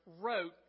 wrote